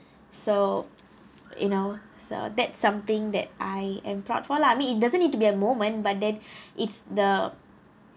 so you know so that's something that I am proud for lah I mean it doesn't need to be a moment but then it's the